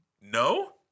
No